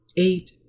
eight